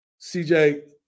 CJ